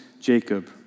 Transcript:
Jacob